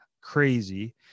crazy